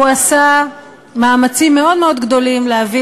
הוא עשה מאמצים מאוד מאוד גדולים להביא